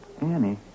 Annie